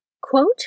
Quote